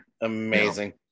Amazing